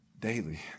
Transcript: daily